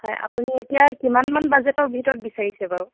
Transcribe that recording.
হয় আপুনি এতিয়া কিমানমান বাজেটৰ ভিতৰত বিচাৰিছে বাৰু